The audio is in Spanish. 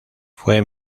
fue